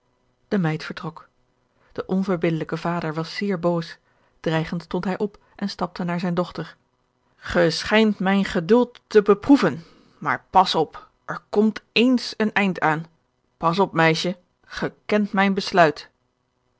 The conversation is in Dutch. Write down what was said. de meid vertrok de onverbiddelijke vader was zeer boos dreigend stond hij op en stapte naar zijne dochter ge schijnt mijn geduld te beproeven maar pas op er komt eens een eind aan pas op meisje ge kent mijn besluit